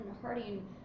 Harding